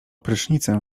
prysznicem